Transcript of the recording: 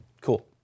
Cool